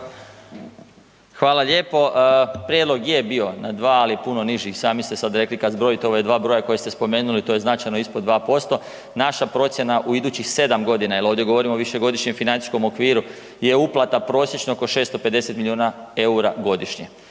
hvala lijepo. Prijedlog je bio na 2, ali puno niži i sami ste sad rekli, kad zbrojite ova dva broja koja ste spomenuli, to je značajno ispod 2%. Naša procjena u idućih 7 godina jer ovdje govorimo o višegodišnjem financijskom okviru je uplata prosječno oko 650 milijuna eura godišnje.